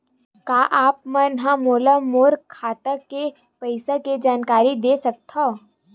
का आप मन ह मोला मोर खाता के पईसा के जानकारी दे सकथव?